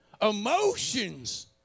emotions